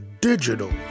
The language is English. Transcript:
digital